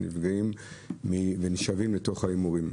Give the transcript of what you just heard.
שנפגעים ונשאבים לתוך ההימורים.